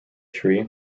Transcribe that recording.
tree